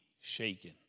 shaken